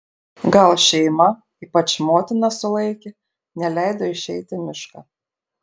gal šeima ypač motina sulaikė neleido išeiti į mišką